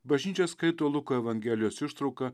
bažnyčia skaito luko evangelijos ištrauką